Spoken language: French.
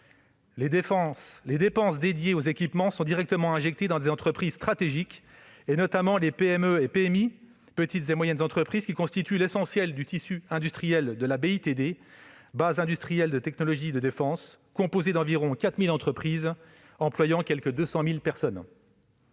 Les dépenses dédiées aux équipements sont directement injectées dans des entreprises stratégiques, notamment les petites et moyennes entreprises et les petites et moyennes industries, qui constituent l'essentiel du tissu industriel de la base industrielle et technologique de défense (BITD), composé d'environ 4 000 entreprises employant quelque 200 000 personnes.